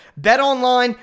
BetOnline